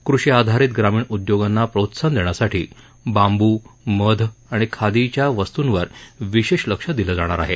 कृषी आधारित ग्रामीण उद्योगांना प्रोत्साहन देण्यासाठी बांबू मध आणि खादीच्या वस्तूंवर विशेष लक्ष दिलं जाणार आहे